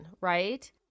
right